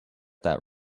that